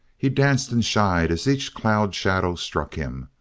he danced and shied as each cloud-shadow struck him,